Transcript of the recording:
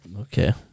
Okay